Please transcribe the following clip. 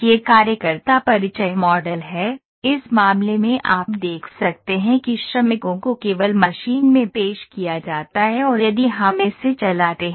यह कार्यकर्ता परिचय मॉडल है इस मामले में आप देख सकते हैं कि श्रमिकों को केवल मशीन में पेश किया जाता है और यदि हम इसे चलाते हैं